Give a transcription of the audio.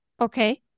Okay